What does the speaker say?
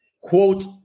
quote